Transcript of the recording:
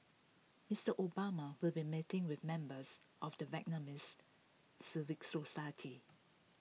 Mister Obama will be meeting with members of the Vietnamese civil society